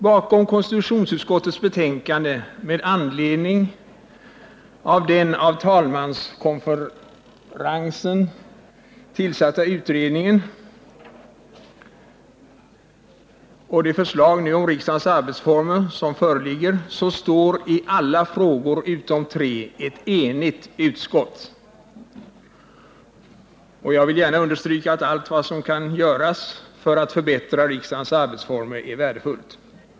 Bakom konstitutionsutskottets nu föreliggande betänkande med anledning av den av talmanskonferensen tillsatta utredningens förslag till ändring av riksdagens arbetsformer står i alla frågor utom tre ett enigt utskott. Jag vill först gärna understryka att allt som kan göras för att förbättra riksdagens arbetsformer är värdefullt.